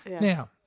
Now